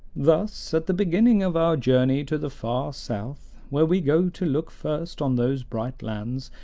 thus, at the beginning of our journey to the far south, where we go to look first on those bright lands,